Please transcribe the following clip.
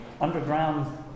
Underground